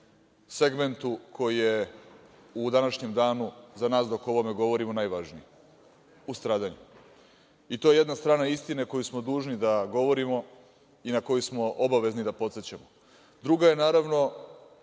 segmentu koji je u današnjem danu, za nas dok o ovome govorimo, najvažnije, u stradanju. To je jedna strana istine koju smo dužni da govorimo i na koju smo obavezni da podsećamo. Druga je naravno,